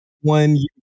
one-year